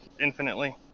infinitely